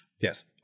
Yes